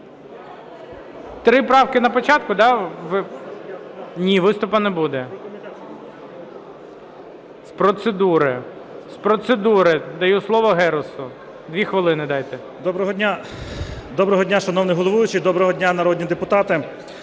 Доброго дня, шановний головуючий, доброго дня, народні депутати!